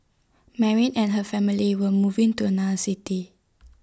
Mary and her family were moving to another city